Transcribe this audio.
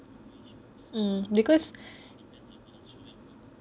um cause